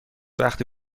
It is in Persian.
وقتی